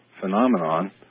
phenomenon